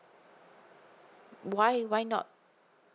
why why not